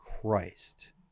Christ